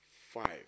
five